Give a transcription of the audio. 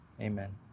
Amen